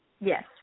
Yes